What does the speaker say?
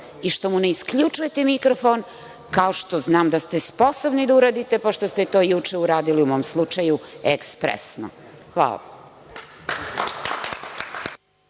i što mu ne isključujete mikrofon kao što znam da ste sposobni da uradite, pošto ste to juče uradili u mom slučaju ekspresno. Hvala.